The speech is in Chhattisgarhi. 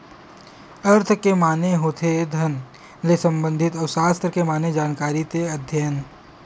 अर्थ के माने होथे धन ले संबंधित अउ सास्त्र माने जानकारी ते अध्ययन